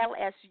LSU